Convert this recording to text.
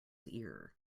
ear